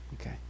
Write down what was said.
Okay